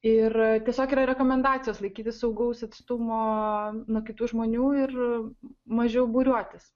ir tiesiog yra rekomendacijos laikytis saugaus atstumo nuo kitų žmonių ir mažiau būriuotis